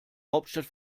hauptstadt